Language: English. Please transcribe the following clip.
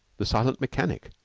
the silent mechanic,